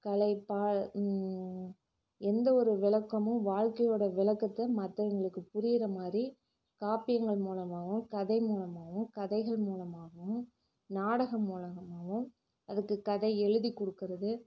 கலை பா எந்த ஒரு விளக்கமும் வாழ்க்கையோட விளக்கத்தை மத்தவங்களுக்கு புரிகிற மாதிரி காப்பியங்கள் மூலமாகவும் கதை மூலமாகவும் கதைகள் மூலமாகவும் நாடகம் மூலமாகவும் அதுக்கு கதை எழுதிக்கொடுக்கறது